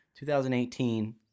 2018